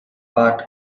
part